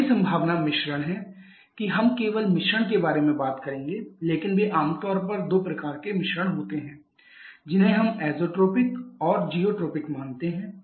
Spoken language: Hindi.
चौथी संभावना मिश्रण है कि हम केवल मिश्रण के बारे में बात करेंगे लेकिन वे आम तौर पर दो प्रकार के मिश्रण होते हैं जिन्हें हम ऐज़ोट्रोपिक और ज़ियोट्रोपिक मानते हैं